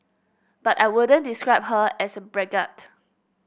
but I wouldn't describe her as a braggart